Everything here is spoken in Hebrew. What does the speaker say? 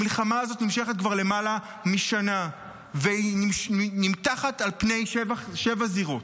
המלחמה הזאת נמשכת כבר למעלה משנה והיא נמתחת על פני שבע זירות.